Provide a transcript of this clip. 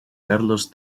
carlos